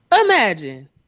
Imagine